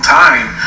time